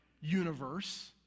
universe